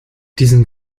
diesen